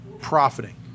profiting